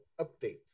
updates